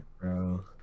bro